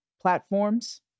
platforms